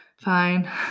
fine